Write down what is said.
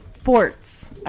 forts